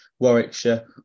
Warwickshire